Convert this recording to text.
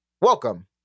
Welcome